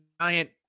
giant